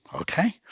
okay